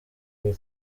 rwe